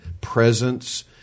presence